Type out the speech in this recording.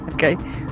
Okay